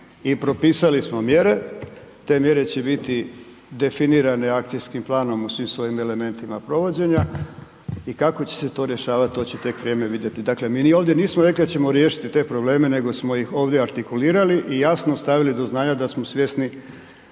i propisali smo mjere. Te mjere će biti definirane akcijskim planom u svim svojim elementima provođenja i kako će se to rješavati to će tek vrijeme vidjeti. Dakle, mi ni ovdje nismo rekli da ćemo riješiti te probleme, nego smo ih ovdje artikulirali i jasno stavili do znanja da smo svjesni